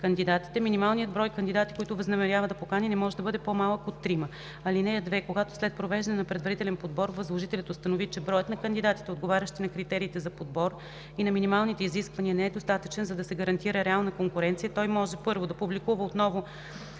кандидатите, минималният брой кандидати, които възнамерява да покани, не може да бъде по-малък от трима. (2) Когато след провеждане на предварителен подбор възложителят установи, че броят на кандидатите, отговарящи на критериите за подбор и на минималните изисквания, не е достатъчен, за да се гарантира реална конкуренция, той може: 1. да публикува отново